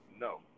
No